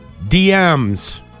DMs